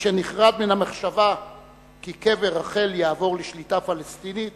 משנחרד מן המחשבה כי קבר רחל יעבור לשליטה פלסטינית